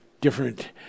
different